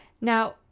Now